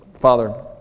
Father